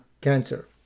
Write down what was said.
cancer